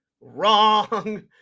wrong